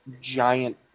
giant